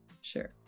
Sure